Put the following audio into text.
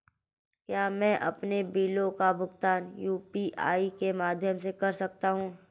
क्या मैं अपने बिलों का भुगतान यू.पी.आई के माध्यम से कर सकता हूँ?